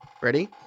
ready